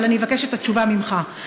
אבל אני מבקשת את התשובה ממך,